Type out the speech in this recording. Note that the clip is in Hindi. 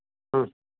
हाँ